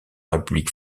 république